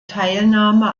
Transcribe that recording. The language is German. teilnahme